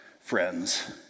friends